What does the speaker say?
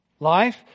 Life